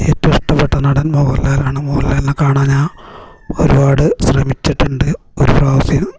ഏറ്റവും ഇഷ്ടപ്പെട്ട നടൻ മോഹൻലാൽ ആണ് മോഹൻലാലിനെ കാണാൻ ഞാൻ ഒരുപാട് ശ്രമിച്ചിട്ട്ണ്ട് ഒരു പ്രാവശ്യം